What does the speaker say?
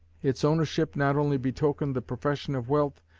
its ownership not only betokened the possession of wealth,